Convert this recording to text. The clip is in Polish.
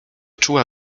czuła